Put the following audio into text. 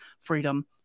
freedom